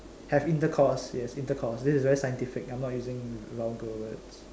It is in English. have intercourse yes intercourse this is very scientific I am not using vulgar words